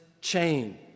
chain